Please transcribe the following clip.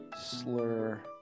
slur